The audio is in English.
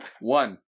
One